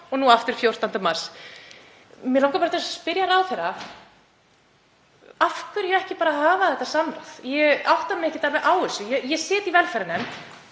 og nú aftur 14. mars.“ Mig langar til að spyrja ráðherra: Af hverju ekki bara hafa þetta samráð? Ég átta mig ekki alveg á þessu. Ég sit í velferðarnefnd.